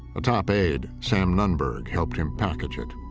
a top aide, sam nunberg, helped him package it.